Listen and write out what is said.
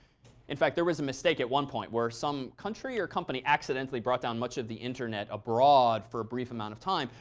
in fact, there was a mistake at one point where some country or company accidentally brought down much of the internet abroad for a brief amount of time.